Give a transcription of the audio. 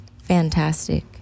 Fantastic